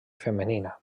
femenina